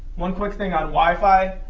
one quick thing on wi-fi.